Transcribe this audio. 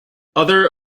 other